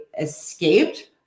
escaped